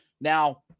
Now